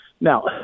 Now